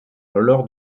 lors